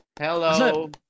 Hello